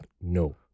no